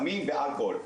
סמים ואלכוהול,